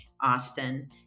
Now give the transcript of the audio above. Austin